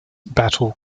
battle